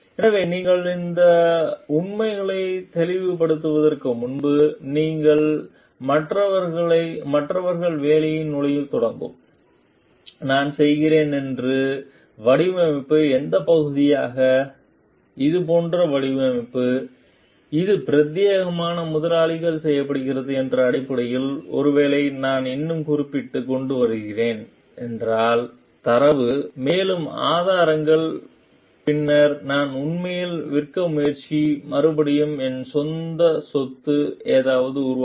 எனவேநீங்கள் இந்த உண்மைகளை தெளிவு படுத்துவதற்கு முன் நீங்கள் போன்ற மற்றவர்கள் வேலை நுழையும் தொடங்க நான் செய்கிறேன் என்று வடிவமைப்பு எந்த பகுதியாக இது போன்ற வடிவமைப்பு இது பிரத்தியேகமாக முதலாளிகள் செய்யப்படுகிறது என்று அடிப்படையில் ஒருவேளை நான் இன்னும் குறிப்பிட்டு கொண்டு வருகிறேன் என்றால் தரவு மேலும் ஆதாரங்கள் பின்னர் நான் உண்மையில் விற்க முயற்சி மறுபடி என் சொந்த ஏதாவது உருவாக்க